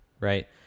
right